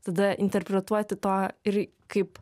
tada interpretuoti to ir kaip